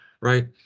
right